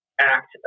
act